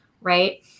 right